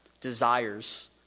desires